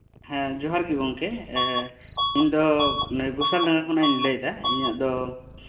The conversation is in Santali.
ᱦᱮᱸ ᱡᱚᱸᱦᱟᱨ ᱜᱮ ᱜᱚᱢᱠᱮ ᱤᱧ ᱫᱚ ᱜᱳᱥᱟᱞ ᱰᱟᱝᱜᱟ ᱠᱷᱚᱱᱤᱧ ᱞᱟᱹᱭ ᱫᱟ ᱤᱧᱟᱹᱜ ᱫᱚ